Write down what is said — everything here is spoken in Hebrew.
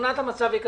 אתה